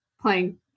playing